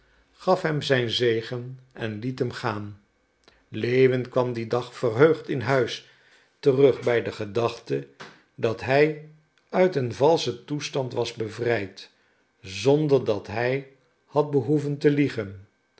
gaf hem zijn zegen en liet hem gaan lewin kwam dien dag verheugd in huis terug bij de gedachte dat hij uit een valschen toestand was bevrijd zonder dat hij had behoeven te liegen